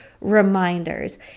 reminders